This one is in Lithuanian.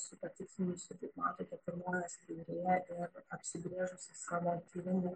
esu patikslinusi kaip matote pirmoje skaidrėje ir apsibrėžusi savo tyrimų